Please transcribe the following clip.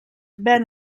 ven